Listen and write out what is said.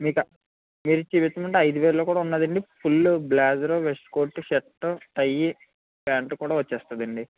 మీక మీరు చూపించమంటే ఐదు వేలలో కూడా ఉందండి full blazer waistcoat shirt tie pant కూడా వచ్చేస్తుందండి